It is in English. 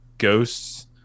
ghosts